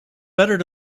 better